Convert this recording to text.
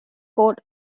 coat